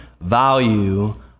value